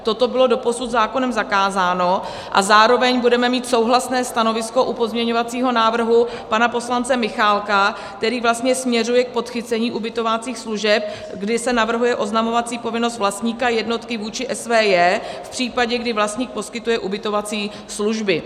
Toto bylo doposud zákonem zakázáno a zároveň budeme mít souhlasné stanovisko u pozměňovacího návrhu pana poslance Michálka, který vlastně směřuje k podchycení ubytovacích služeb, kdy se navrhuje oznamovací povinnost vlastníka jednotky vůči SVJ v případě, kdy vlastník poskytuje ubytovací služby.